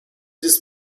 this